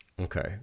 Okay